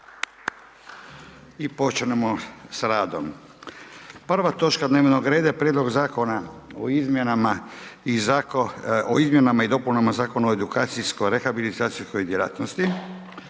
I počnimo sa radom. Prva točka dnevnog reda je: - Prijedlog zakona o Izmjenama i dopunama Zakona o edukacijsko-rehabilitacijskoj djelatnosti,